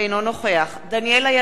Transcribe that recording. אינו נוכח דניאל אילון,